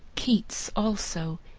keats, also,